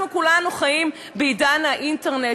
כולנו חיים בעידן האינטרנט,